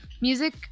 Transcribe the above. music